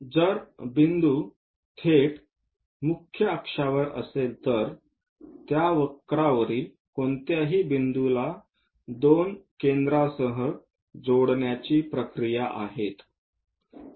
जर बिंदू थेट मुख्य किंवा मुख्य अक्षांवर असेल तर त्या वक्र वरील कोणत्याही बिंदूला दोन केंद्रांसह जोडण्याची प्रक्रिया आहे